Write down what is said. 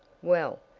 well,